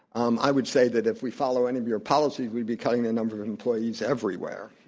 um i would say that if we follow any of your policies, we'd be cutting the number of employees everywhere.